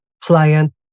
client